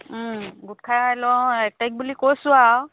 গোট খাই লওঁ এক তাৰিখ বুলি কৈছোঁ আৰু